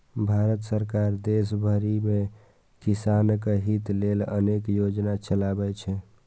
भारत सरकार देश भरि मे किसानक हित लेल अनेक योजना चलबै छै